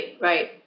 right